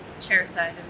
chair-side